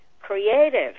creative